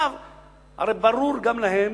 הרי ברור גם להם,